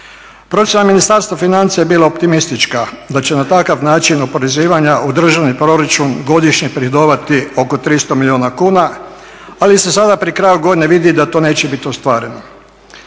Procjena Ministarstva financija je bila optimistička, da će na takav način oporezivanja u državni proračun godišnje … oko 300 milijuna kuna, ali se sada pri kraju godine vidi da to neće biti ostvareno.